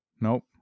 Nope